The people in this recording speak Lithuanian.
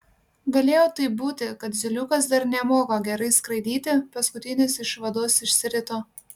galėjo taip būti kad zyliukas dar nemoka gerai skraidyti paskutinis iš vados išsirito